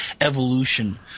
evolution